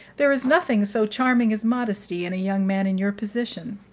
there is nothing so charming as modesty in a young man in your position.